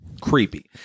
creepy